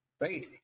Right